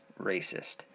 racist